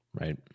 Right